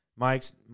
Mike's